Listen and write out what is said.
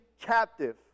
captive